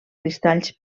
cristalls